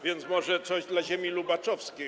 więc może coś dla ziemi lubaczowskiej.